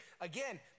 Again